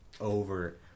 over